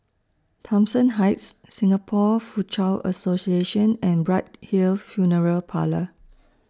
Thomson Heights Singapore Foochow Association and Bright Hill Funeral Parlour